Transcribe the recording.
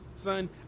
Son